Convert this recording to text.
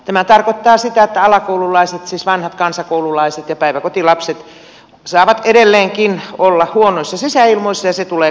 tämä tarkoittaa sitä että alakoululaiset siis vanhat kansakoululaiset ja päiväkotilapset saavat edelleenkin olla huonoissa sisäilmoissa ja se tulee kalliiksi myöhemmin